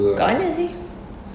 dekat mana seh